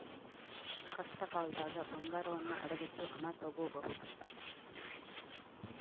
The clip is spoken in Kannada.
ಕಷ್ಟಕಾಲ್ದಗ ಬಂಗಾರವನ್ನ ಅಡವಿಟ್ಟು ಹಣ ತೊಗೋಬಹುದು